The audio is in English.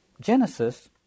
Genesis